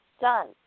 done